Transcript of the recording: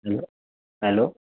hello hello